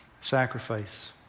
sacrifice